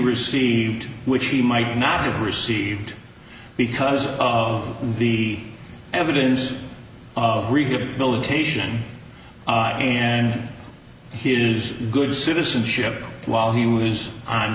received which he might not have received because of the evidence of rehabilitation and his good citizenship while he was on